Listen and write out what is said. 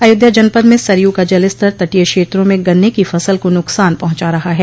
अयोध्या जनपद में सरयू का जलस्तर तटीय क्षेत्रों में गन्ने की फसल का न्कसान पहुंचा रहा है